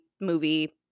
movie